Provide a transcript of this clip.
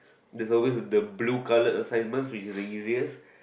there's always the blue color assignment which is the easiest